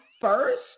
first